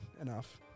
enough